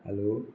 hello